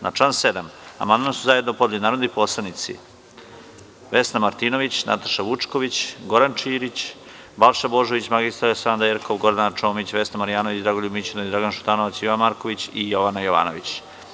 Na član 7. amandman su zajedno podneli narodni poslanici Vesna Martinović, Nataša Vučković, Goran Ćirić, Balša Božović, mr Aleksandra Jerkov, Gordana Čomić, Vesna Marjanović, Dragoljub Mićunović, Dragan Šutanovac, Jovan Marković i Jovana Jovanović.